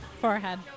Forehead